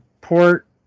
port